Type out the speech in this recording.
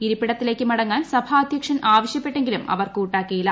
ഇരിപ്പിടത്തിലേക്ക് മടങ്ങാൻ സഭാ അധ്യക്ഷൻ ആവശ്യപ്പെട്ടെങ്കിലും അവർ കൂട്ടാക്കിയില്ല